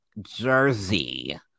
jersey